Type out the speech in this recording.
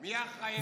מי אחראי לזה?